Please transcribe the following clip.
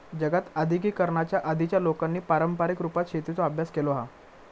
जगात आद्यिगिकीकरणाच्या आधीच्या लोकांनी पारंपारीक रुपात शेतीचो अभ्यास केलो हा